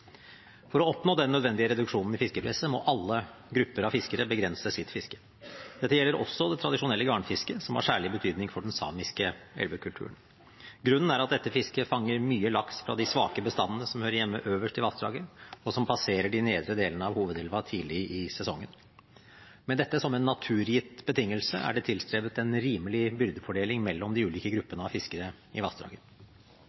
For å oppnå den nødvendige reduksjonen i fiskepresset må alle grupper av fiskere begrense sitt fiske. Dette gjelder også det tradisjonelle garnfisket, som har særlig betydning for den samiske elvekulturen. Grunnen er at dette fisket fanger mye laks fra de svake bestandene som hører hjemme øverst i vassdraget, og som passerer de nedre delene av hovedelva tidlig i sesongen. Med dette som en naturgitt betingelse er det tilstrebet en rimelig byrdefordeling mellom de ulike